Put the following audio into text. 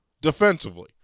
defensively